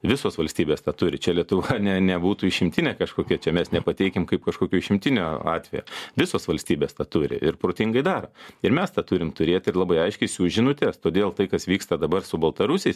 visos valstybės tą turi čia lietuva ne nebūtų išimtinė kažkokia čia mes nepateikim kaip kažkokio išimtinio atvejo visos valstybės tą turi ir protingai daro ir mes tą turim turėt ir labai aiškiai siųst žinutes todėl tai kas vyksta dabar su baltarusiais